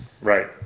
Right